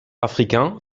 africains